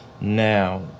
Now